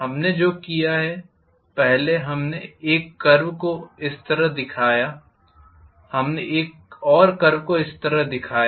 हमने जो किया है पहले हमने एक कर्व को इस तरह दिखाया हमने एक और कर्व को इस तरह दिखाया